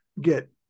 get